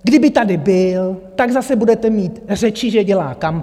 Kdyby tady byl, tak zase budete mít řeči, že dělá kampaň.